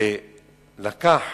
הוא לקח